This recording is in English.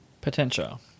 Potential